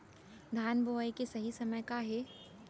धान बोआई के सही समय का हे?